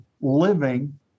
living